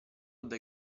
dai